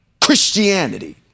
Christianity